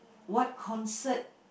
what concert